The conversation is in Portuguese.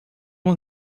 uma